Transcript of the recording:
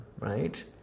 right